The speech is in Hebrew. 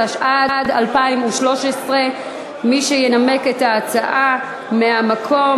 התשע"ד 2013. מי שינמק את ההצעה מהמקום,